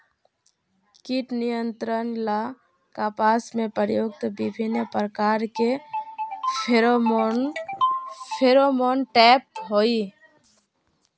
कीट नियंत्रण ला कपास में प्रयुक्त विभिन्न प्रकार के फेरोमोनटैप होई?